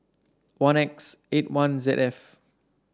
one X eight one Z F